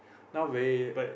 now very